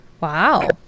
Wow